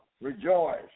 rejoice